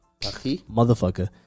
motherfucker